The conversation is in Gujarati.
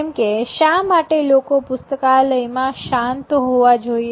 જેમ કે શા માટે લોકો પુસ્તકાલય માં શાંત હોવા જોઈએ